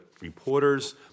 reporters